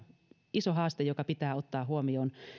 iso haaste joka pitää ottaa huomioon